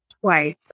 twice